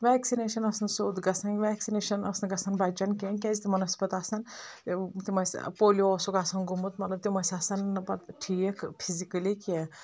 vaccination ٲس نہِ سیٚوٚد گژھان ویکسِنیشن ٲس نہٕ گژھان بچن کینٛہہ کیاز تمن اوس پتہٕ آسان تِم ٲسۍ پولِیو اوسُکھ آسان گوٚمُت مطلب تِم ٲسۍ آسان نہٕ پتہٕ ٹھیٖک فِزکٔلی کینٛہہ